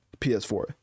ps4